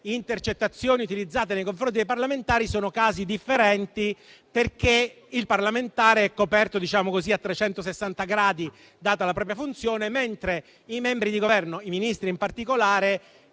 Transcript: intercettazioni nei confronti di parlamentari sono differenti, perché il parlamentare è coperto a trecentosessanta gradi, data la propria funzione, mentre i membri di Governo, i Ministri in particolare,